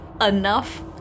enough